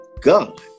God